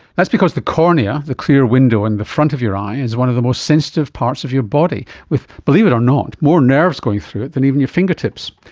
that's because the cornea, the clear window in the front of your eye is one of the most sensitive parts of your body with, believe it or not, more nerves going through it than even your fingertips.